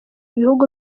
ibihugu